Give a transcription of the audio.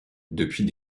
depuis